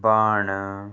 ਬਣ